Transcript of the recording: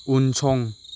उनसं